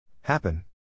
Happen